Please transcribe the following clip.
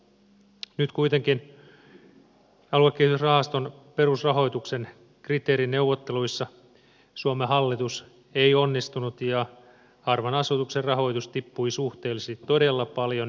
nyt aluekehitysrahaston perusrahoituksen kriteerineuvotteluissa suomen hallitus ei kuitenkaan onnistunut ja harvan asutuksen rahoitus tippui suhteellisesti todella paljon